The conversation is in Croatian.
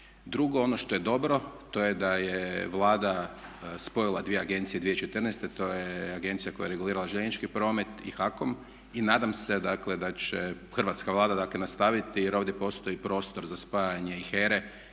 Drugo ono što je dobro to je da je Vlada spojila dvije agencije 2014. To je agencija koja je regulirala željeznički promet i HAKOM i nadam se, dakle da će hrvatska Vlada, dakle nastaviti jer ovdje postoji prostor za spajanje i